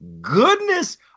goodness